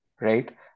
right